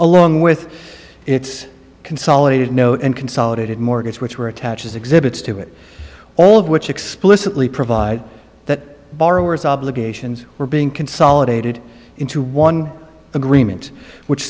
along with its consolidated note and consolidated mortgage which were attached as exhibits to it all of which explicitly provide that borrowers obligations were being consolidated into one agreement which